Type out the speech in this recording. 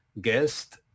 guest